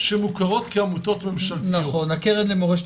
שמוכרות כעמותות ממשלתיות: הקרן למורשת